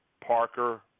Parker